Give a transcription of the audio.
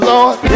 Lord